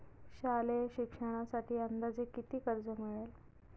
शालेय शिक्षणासाठी अंदाजे किती कर्ज मिळेल?